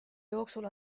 jooksul